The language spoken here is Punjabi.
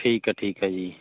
ਠੀਕ ਹੈ ਠੀਕ ਹੈ ਜੀ